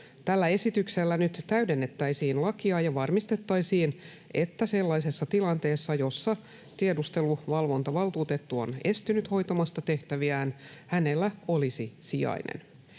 Tällä esityksellä nyt täydennettäisiin lakia ja varmistettaisiin, että sellaisessa tilanteessa, jossa tiedusteluvalvontavaltuutettu on estynyt hoitamasta tehtäviään, hänellä olisi sijainen.